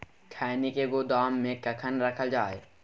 खैनी के गोदाम में कखन रखल जाय?